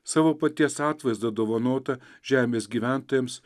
savo paties atvaizdą dovanotą žemės gyventojams